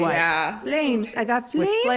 yeah. flames! i've got flames